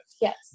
Yes